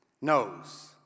knows